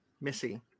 Missy